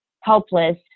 helpless